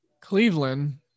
Cleveland